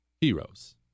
heroes